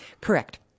Correct